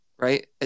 right